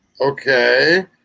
okay